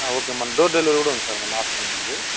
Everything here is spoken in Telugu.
ఓకే మన డోర్ డెలివరీ కూడా ఉంది సార్ మన ఆప్షన్లో